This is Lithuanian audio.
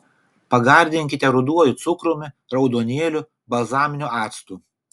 pagardinkite ruduoju cukrumi raudonėliu balzaminiu actu